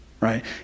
Right